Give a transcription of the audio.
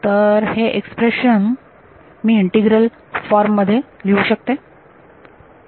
तर हे एक्सप्रेशन मी इंटिग्रल फॉर्म मध्ये लिहू शकते